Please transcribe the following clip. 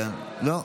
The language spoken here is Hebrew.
לא.